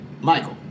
michael